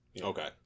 Okay